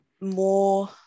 more